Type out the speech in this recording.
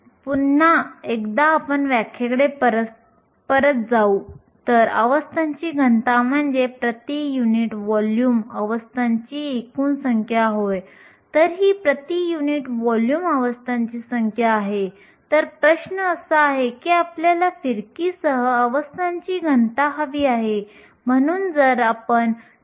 तर शेवटच्या वर्गात आपण अवस्थांचा घनतेची संकल्पना आणि त्या दोन संकल्पनांना एकत्र ठेवणारी फर्मी ऊर्जा बघितली तर आपण असे म्हणू शकतो की वाहक बँडमधील अवस्थांचा घनतेच्या बँडच्या संपूर्ण रुंदीवर अविभाज्य आहे